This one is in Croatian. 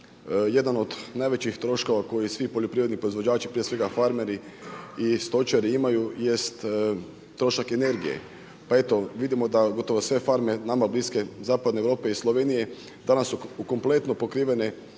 Jedan od najvećih troškova koju svi poljoprivredni proizvođači, prije svega farmeri i stočari imaju jest trošak energije. Pa eto vidimo, da gotovo sve farme nama bliske zapadne Europe i Slovenije danas su kompletno pokrivene